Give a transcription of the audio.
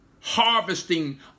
harvesting